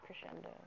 crescendo